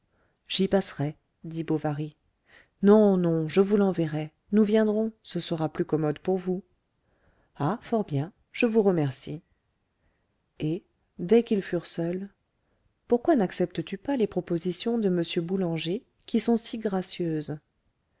j'y passerai dit bovary non non je vous l'enverrai nous viendrons ce sera plus commode pour vous ah fort bien je vous remercie et dès qu'ils furent seuls pourquoi nacceptes tu pas les propositions de m boulanger qui sont si gracieuses